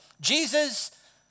Jesus